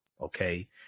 Okay